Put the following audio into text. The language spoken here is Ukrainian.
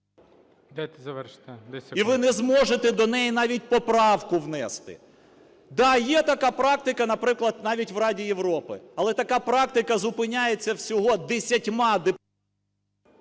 І ви не зможете до неї навіть поправку внести. Да, є така практика, наприклад, навіть в Раді Європи. Але така практика зупиняється всього десятьма...